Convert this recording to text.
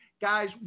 guys